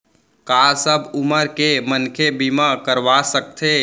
का सब उमर के मनखे बीमा करवा सकथे?